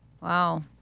Wow